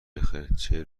بخیر، چه